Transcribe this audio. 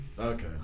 Okay